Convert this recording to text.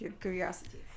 curiosity